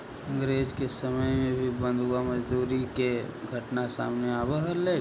अंग्रेज के समय में भी बंधुआ मजदूरी के घटना सामने आवऽ हलइ